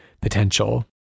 potential